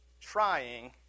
trying